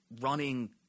running